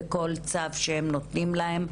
וכל צו שהם נותנים להן,